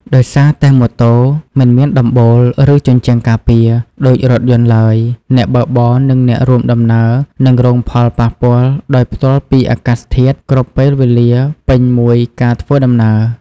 ដោយសារតែម៉ូតូ មិនមានដំបូល ឬជញ្ជាំងការពារ ដូចរថយន្តឡើយ អ្នកបើកបរ និងអ្នករួមដំណើរនឹង រងផលប៉ះពាល់ដោយផ្ទាល់ពីធាតុអាកាស គ្រប់ពេលវេលាពេញមួយការធ្វើដំណើរ។